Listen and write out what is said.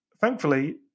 thankfully